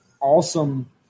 awesome